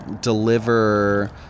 deliver